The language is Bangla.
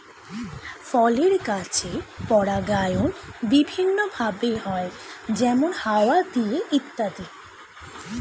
ফলের গাছের পরাগায়ন বিভিন্ন ভাবে হয়, যেমন হাওয়া দিয়ে ইত্যাদি